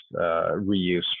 reuse